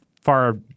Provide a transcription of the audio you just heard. far